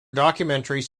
documentaries